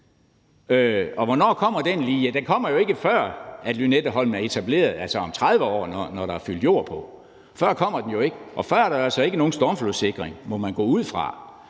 og hvornår kommer den lige? Den kommer jo ikke, før Lynetteholmen er etableret, altså om 30 år, når der er fyldt jord på. Før kommer den ikke, og før er der altså ikke nogen stormflodssikring – må man gå ud fra.